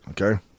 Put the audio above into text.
okay